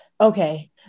okay